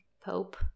Pope